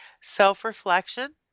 Self-reflection